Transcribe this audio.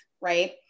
right